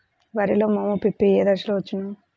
వరిలో మోము పిప్పి ఏ దశలో వచ్చును?